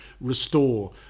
restore